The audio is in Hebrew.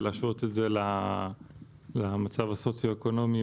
ולהשוות את זה למצב הסוציו-אקונומי.